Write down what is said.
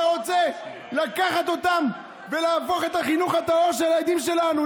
אתה רוצה לקחת אותם ולהפוך את החינוך הטהור של הילדים שלנו,